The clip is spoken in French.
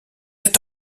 êtes